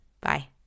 Bye